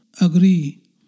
agree